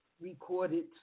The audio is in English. recorded